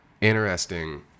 interesting